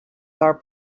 our